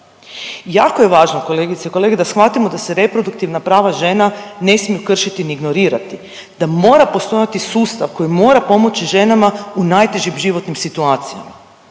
Jako je važno kolegice i kolege da shvatimo da se reproduktivna prava žena ne smiju kršiti ni ignorirati, da mora postojati sustav koji mora pomoći ženama u najtežim životnim situacijama.